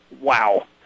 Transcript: Wow